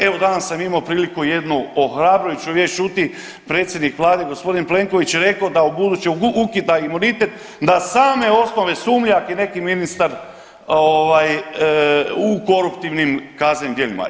Evo danas sam imao priliku jednu ohrabrujuću vijest čuti, predsjednik vlade g. Plenković je rekao da ubuduće ukida imunitet na same osnove sumnje ak je neki ministar u koruptivnim kaznenim djelima.